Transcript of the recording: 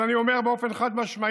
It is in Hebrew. אז אני אומר באופן חד-משמעי: